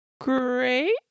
Great